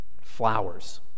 Flowers